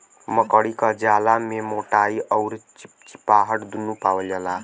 मकड़ी क जाला में मोटाई अउर चिपचिपाहट दुन्नु पावल जाला